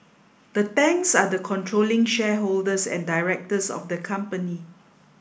the Tangs are the controlling shareholders and directors of the company